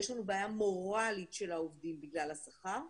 יש לנו בעיה מוראלית של העובדים בגלל השכר,